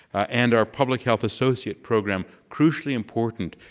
and our public health associate program, crucially important,